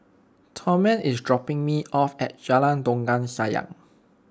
Thurman is dropping me off at Jalan Dondang Sayang